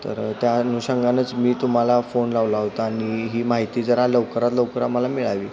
तर त्या अनुषंगानंच मी तुम्हाला फोन लावला होता आणि ही माहिती जरा लवकरात लवकर आम्हाला मिळावी